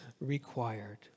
required